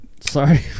sorry